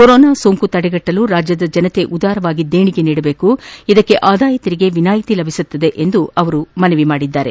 corona ಸೋಂಕು ತಡೆಗಟ್ಟಲು ರಾಜ್ಯದ ಜನತೆ ಉದಾರವಾಗಿ ದೇಣಿಗೆ ನೀಡಬೇಕು ಇದಕ್ಕೆ ಆದಾಯ ತೆರಿಗೆ ವಿನಾಯಿತಿ ಲಭಿಸಲಿದೆ ಎಂದು ಅವರು ಮನವಿ ಮಾಡಿದ್ದಾರೆ